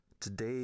Today